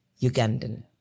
Ugandan